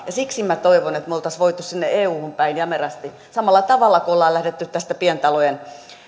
ja siksi minä toivon että me olisimme voineet toimia sinne euhun päin jämerästi samalla tavalla kuin ollaan lähdetty tästä pientalojen